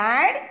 add